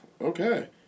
okay